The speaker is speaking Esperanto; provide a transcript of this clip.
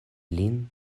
lin